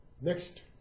next